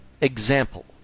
Example